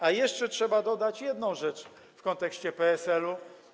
A jeszcze trzeba dodać jedną rzecz w kontekście PSL-u.